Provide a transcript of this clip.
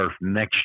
next